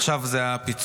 עכשיו זה הפיצול.